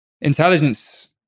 Intelligence